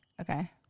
Okay